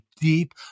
deep